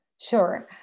Sure